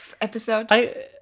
episode